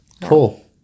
Cool